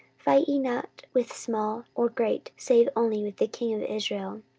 fight ye not with small or great, save only with the king of israel.